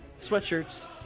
sweatshirts